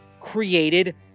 created